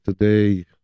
today